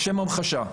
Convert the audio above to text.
לשם המחשה,